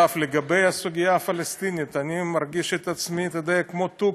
לגבי הסוגיה הפלסטינית, אני מרגיש כמו תוכי: